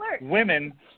women